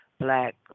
Black